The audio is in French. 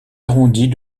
arrondies